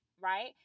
right